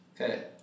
okay